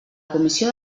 comissió